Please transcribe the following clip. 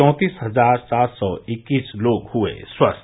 चौंतीस हजार छः सौ छत्तीस लोग हुए स्वस्थ